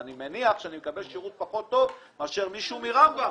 אני מניח שאני מקבל שירות פחות טוב מאשר מישהו מרמב"ם.